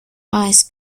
eyes